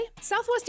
Southwest